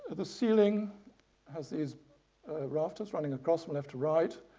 the ceiling has these rafters running across left to right,